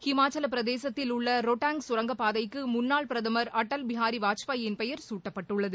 ஹிமாச்சலப்பிரதேசத்தில் உள்ள ரொட்டாங் கரங்கப்பாதைக்கு முன்னாள் பிரதமர் அடல்பிஹாரி வாஜ்பாயின் பெயர் சூட்டப்பட்டுள்ளது